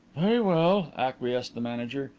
very well, acquiesced the manager.